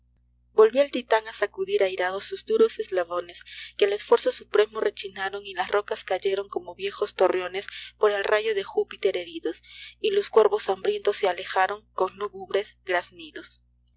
volvió el titan á sacudir airado sus duros eslabones que al esfuerzo supremo rechinaron y las rocas cayeron como viejos torreones por el rayo de júpiter heridos y los cuervos hambientús se alejaron con